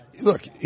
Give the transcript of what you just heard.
Look